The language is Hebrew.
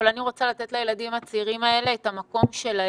אבל אני רוצה לתת לילדים הצעירים האלה את המקום שלהם,